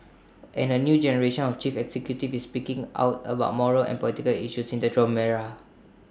and A new generation of chief executives is speaking out about moral and political issues in the Trump era